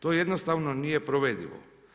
To jednostavno nije provedivo.